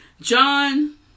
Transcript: John